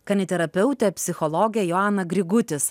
kaniterapeutę psichologę joaną grigutis